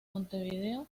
montevideo